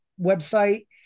website